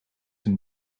een